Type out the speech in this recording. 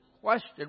question